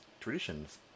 traditions